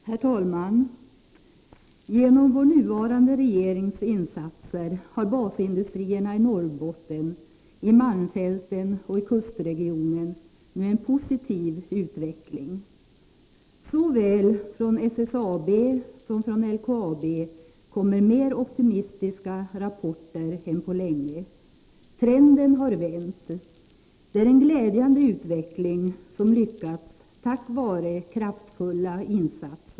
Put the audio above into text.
Herr talman! Genom vår nuvarande regerings insatser har basindustrierna i Norrbotten — i malmfälten och i kustregionen — nu en positiv utveckling. Såväl från SSAB som från LKAB kommer mer optimistiska rapporter än på länge. Trenden har vänt. Det är en glädjande utveckling, som lyckats tack vare kraftfulla insatser.